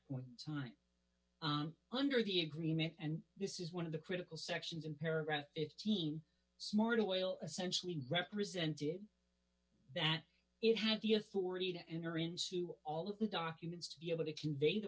point in time under the agreement and this is one of the critical sections in paragraph if team smart oil essentially represented that it had the authority to enter into all of the documents to be able to convey the